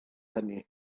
hynny